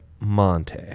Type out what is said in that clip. Monte